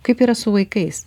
kaip yra su vaikais